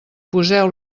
poseu